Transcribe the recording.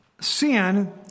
Sin